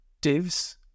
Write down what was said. divs